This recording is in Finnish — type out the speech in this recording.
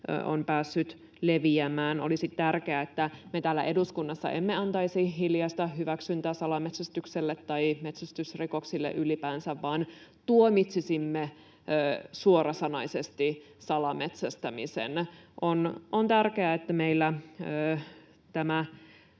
päässyt leviämään. Olisi tärkeää, että me täällä eduskunnassa emme antaisi hiljaista hyväksyntää salametsästykselle tai metsästysrikoksille ylipäänsä vaan tuomitsisimme suorasanaisesti salametsästämisen. On tärkeää, että meillä tämä